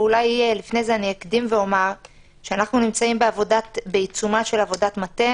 ואולי לפני זה אקדים ואומר שאנחנו נמצאים בעיצומה של עבודת מטה,